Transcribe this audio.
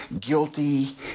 guilty